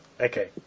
Okay